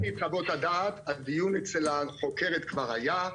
סיימתי את חוות הדעת, הדיון אצל החוקרת כבר היה.